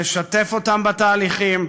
לשתף אותם בתהליכים,